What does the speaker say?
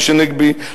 משה נגבי,